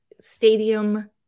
stadium